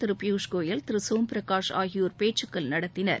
திரு பியூஷ் கோயல் திரு சோம்பிரகாஷ் ஆகியோர் பேச்சுக்கள் நடத்தினர்